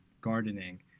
gardening